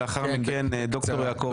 לאחר מכן ד"ר יעקב בן שמש.